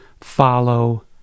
follow